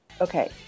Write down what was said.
Okay